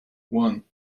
one